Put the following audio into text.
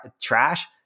trash